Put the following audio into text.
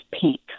pink